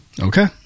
Okay